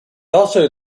also